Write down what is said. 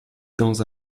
dans